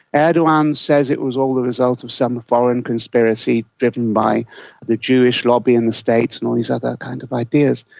erdogan says it was all the result of some foreign conspiracy driven by the jewish lobby in the states and all these other kind of ideas,